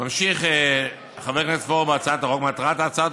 ממשיך חברת הכנסת פורר בהצעת החוק: "מטרת הצעת